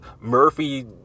Murphy